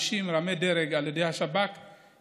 ואבקש לחדד להלן: הדרישה המקורית של משטרת ישראל